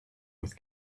with